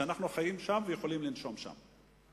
שאנחנו חיים שם ויכולים לנשום שם.